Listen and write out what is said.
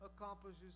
accomplishes